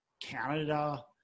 canada